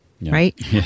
right